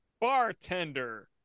Bartender